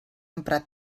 emprar